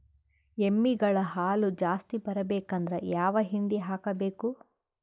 ಎಮ್ಮಿ ಗಳ ಹಾಲು ಜಾಸ್ತಿ ಬರಬೇಕಂದ್ರ ಯಾವ ಹಿಂಡಿ ಹಾಕಬೇಕು?